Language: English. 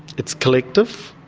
it's collective.